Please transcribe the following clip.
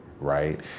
right